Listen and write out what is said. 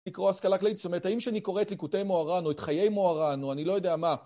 לקרוא השכלה כללית, זאת אומרת, האם שאני קורא את ליקוטי מוהר״ן או את חיי מוהר״ן או אני לא יודע מה